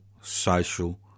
social